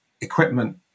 equipment